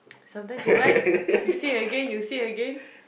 sometimes you what you say again you say again